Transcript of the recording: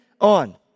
on